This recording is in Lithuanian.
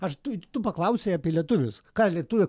aš tu tu paklausei apie lietuvius ką lietuviai